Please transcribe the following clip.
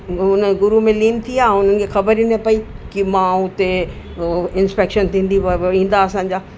गुरु गुरु में लीन थी विया ऐं हुननि खे ख़बर ई न पेई कि मां हुते इंस्पेक्शन थींदी बि ईंदा असांजा